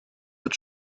wird